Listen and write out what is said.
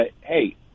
hey